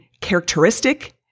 characteristic